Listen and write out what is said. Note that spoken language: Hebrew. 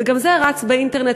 וגם זה רץ באינטרנט,